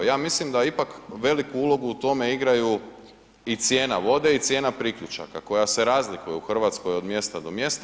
Ja mislim da ipak veliku ulogu u tome igraju i cijena vode i cijena priključaka koji se razlikuje u Hrvatskoj od mjesta do mjesta.